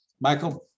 Michael